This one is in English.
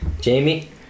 Jamie